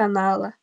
kanalą